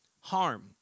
harm